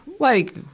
like,